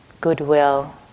goodwill